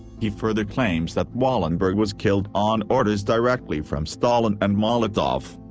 he further claims that wallenberg was killed on orders directly from stalin and molotov.